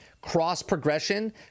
cross-progression